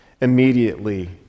immediately